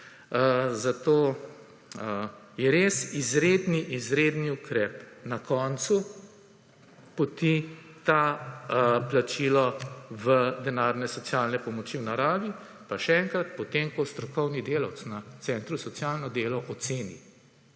Zato je res izredni, izredni ukrep na koncu poti ta plačilo v naravi denarne socialne pomoči, pa še enkrat, potem ko strokovni delavec na centru za socialno delo oceni.